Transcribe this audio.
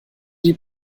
die